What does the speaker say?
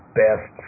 best